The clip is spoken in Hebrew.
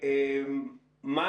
מה